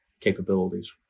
capabilities